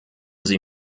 sie